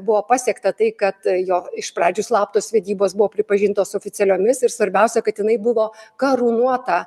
buvo pasiekta tai kad jo iš pradžių slaptos vedybos buvo pripažintos oficialiomis svarbiausia kad jinai buvo karūnuota